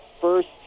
first